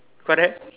correct